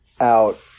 out